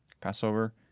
Passover